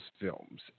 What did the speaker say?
films